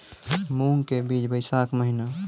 मूंग के बीज बैशाख महीना